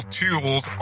tools